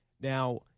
Now